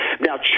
Now